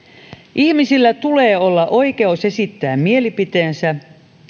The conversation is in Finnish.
ihmisillä tulee olla oikeus esittää mielipiteensä